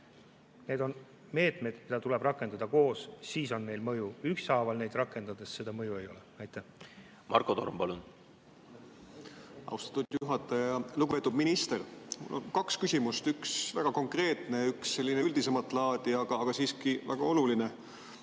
Need on meetmed, mida tuleb rakendada koos, siis on neil mõju, ükshaaval neid rakendades seda mõju ei ole. Marko Torm, palun! Austatud juhataja! Lugupeetud minister! Mul on kaks küsimust, üks on väga konkreetne ja teine on üldisemat laadi, aga siiski väga oluline.